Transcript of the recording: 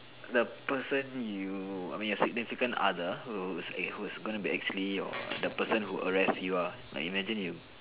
the person you I mean your significant other who is a who is going to be actually your the person who arrest you ah like imagine you